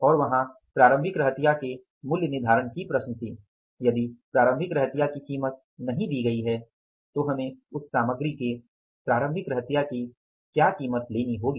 और वहां प्रारंभिक रहतिया के मूल्य निर्धारण की प्रश्न थी यदि प्रारंभिक रहतिया की कीमत नहीं दी गई है तो हमें उस सामग्री के प्रारंभिक रहतिया की क्या कीमत लेनी होगी